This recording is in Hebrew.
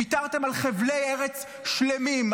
ויתרתם על חבלי ארץ שלמים.